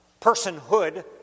personhood